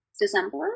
December